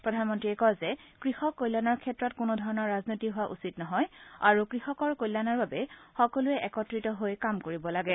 প্ৰধানমন্ত্ৰীয়ে কয় যে কৃষক কল্যাণৰ ক্ষেত্ৰত কোনোধৰণৰ ৰাজনীতি হোৱা উচিত নহয় আৰু কৃষকৰ কল্যাণৰ বাবে সকলোৱে একত্ৰিত হৈ কাম কৰিব লাগে